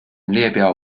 列表